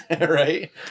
Right